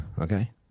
Okay